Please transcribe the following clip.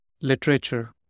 literature